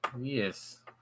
Yes